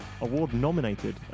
award-nominated